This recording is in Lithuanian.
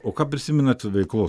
o ką prisimenat veiklos